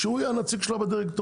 שהוא יהיה הנציג שלה בדירקטוריון,